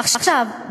עכשיו,